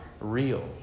real